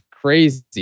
crazy